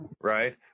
right